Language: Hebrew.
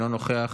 אינו נוכח.